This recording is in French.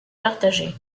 partagé